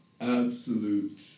absolute